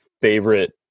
favorite